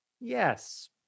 yes